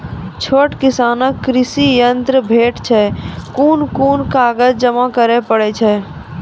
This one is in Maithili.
छोट किसानक कृषि ॠण भेटै छै? कून कून कागज जमा करे पड़े छै?